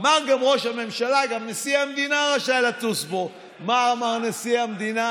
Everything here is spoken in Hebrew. אמר גם ראש הממשלה: גם נשיא המדינה רשאי לטוס בו.